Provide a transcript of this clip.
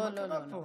לא לא לא.